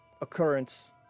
occurrence